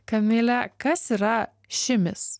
kamile kas yra šimis